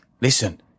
Listen